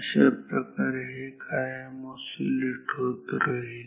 अशाप्रकारे हे कायम ऑसीलेट होत राहील